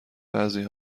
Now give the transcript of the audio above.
بعضی